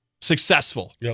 successful